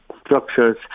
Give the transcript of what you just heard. structures